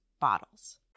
bottles